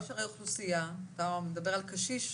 אתה מדבר על קשיש,